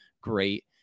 Great